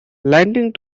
landing